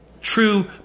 true